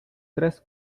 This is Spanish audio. tres